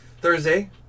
Thursday